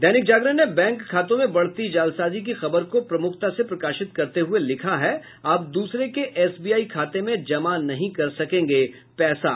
दैनिक जागरण ने बैंक खातों में बढ़ती जालसाजी की खबर को प्रमुखता से प्रकाशित करते हुये लिखा है अब दूसरे के एसबीआई खाते में जमा नहीं कर सकेंगे पैंसा